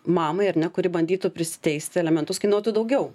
mamai ar ne kuri bandytų prisiteisti alimentus kainuotų daugiau